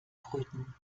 brüten